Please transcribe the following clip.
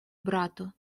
брату